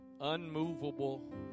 unmovable